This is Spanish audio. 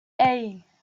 hey